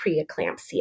preeclampsia